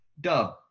dub